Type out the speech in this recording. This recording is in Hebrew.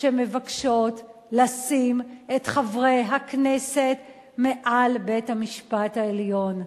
שמבקשות לשים את חברי הכנסת מעל בית-המשפט העליון,